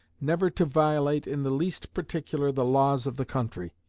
never to violate in the least particular the laws of the country,